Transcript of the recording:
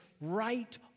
right